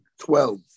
twelve